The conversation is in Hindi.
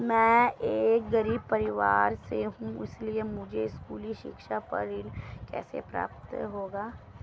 मैं एक गरीब परिवार से हूं इसलिए मुझे स्कूली शिक्षा पर ऋण कैसे प्राप्त होगा?